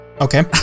okay